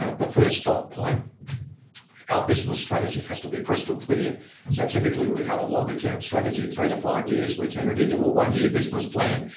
the first dot point our business strategy has to be crystal clear so typically we have a longer-term strategy three five years, we turn it into a one year business plan,